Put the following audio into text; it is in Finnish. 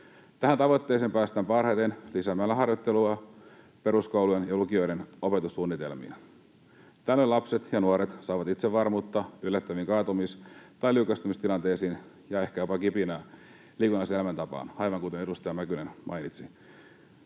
Tähän tavoitteeseen päästään parhaiten lisäämällä harjoittelua peruskoulujen ja lukioiden opetussuunnitelmiin. Tällöin lapset ja nuoret saavat itsevarmuutta yllättävin kaatumis- tai liukastumistilanteisiin ja ehkä jopa kipinää liikunnalliseen elämäntapaan, aivan kuten edustaja Mäkynen mainitsi.